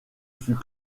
fut